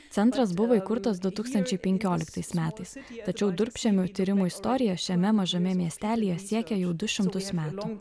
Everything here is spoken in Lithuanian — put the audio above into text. centras buvo įkurtas du tūkstančiai penkioliktais metais tačiau durpžemio tyrimų istoriją šiame mažame miestelyje siekia jau du šimtus metų